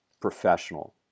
Professional